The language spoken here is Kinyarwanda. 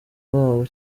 babo